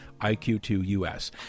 iq2us